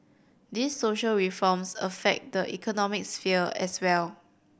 these social reforms affect the economic sphere as well